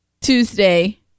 Tuesday